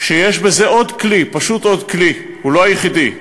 שיש בזה עוד כלי, פשוט עוד כלי, הוא לא היחידי,